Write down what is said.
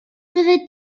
fyddi